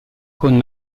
con